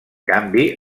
canvi